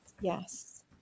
Yes